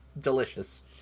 delicious